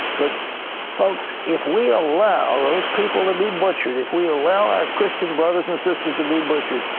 but folks if we allow those people to be butchered, if we allow um christian brothers and sisters to be butchered,